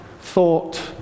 thought